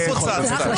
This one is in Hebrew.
אתה פוצצת.